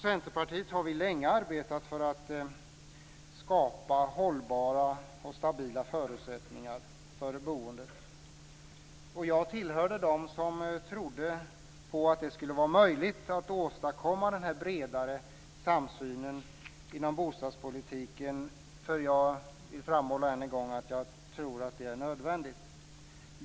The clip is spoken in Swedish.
I Centerpartiet har vi länge arbetat för att skapa hållbara och stabila förutsättningar för boendet. Jag tillhörde dem som trodde på att det skulle vara möjligt att åstadkomma denna bredare samsyn inom bostadspolitiken. Jag vill än en gång framhålla att jag tror att det är nödvändigt.